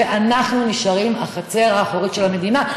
ואנחנו נשארים החצר האחורית של המדינה.